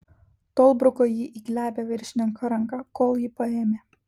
tol bruko jį į glebią viršininko ranką kol jį paėmė